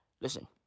Listen